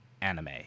anime